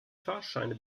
fahrscheine